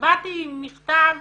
כשבאתי עם מכתב